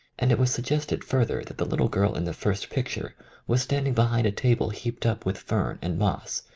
and it was suggested further that the little girl in the first picture was stand ing behind a table heaped up with fern and moss,